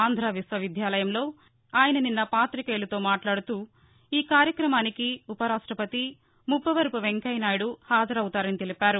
ఆంధ్ర విశ్వవిద్యాలయంలో ఆయన నిస్న పాతికేయులతో మాట్లాడుతూ ఈ కార్యక్రమానికి ఉపరాష్టపతి ముప్పవరపు వెంకయ్యనాయుడు హాజరవుతున్నారు